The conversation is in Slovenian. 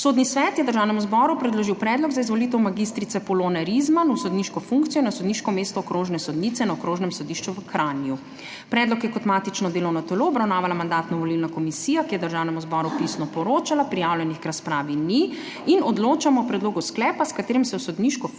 Sodni svet je Državnemu zboru predložil predlog za izvolitev mag. Polone Rizman v sodniško funkcijo na sodniško mesto okrožne sodnice na Okrožnem sodišču v Kranju. Predlog je kot matično delovno telo obravnavala Mandatno-volilna komisija, ki je Državnemu zboru pisno poročala. Prijavljenih k razpravi ni. Odločamo o predlogu sklepa, s katerim se v sodniško funkcijo